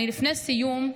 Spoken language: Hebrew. לפני סיום,